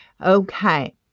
Okay